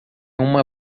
uma